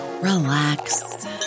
relax